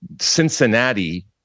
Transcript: cincinnati